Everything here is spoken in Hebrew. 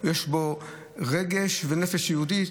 יש בו רגש ונפש יהודית.